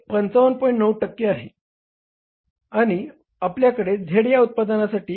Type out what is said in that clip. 9 टक्के इतके आहे आणि आपल्याकडे Z या उत्पादनासाठी 51